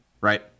right